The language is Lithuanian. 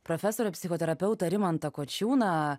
profesorių psichoterapeutą rimantą kočiūną